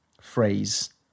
phrase